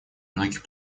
многих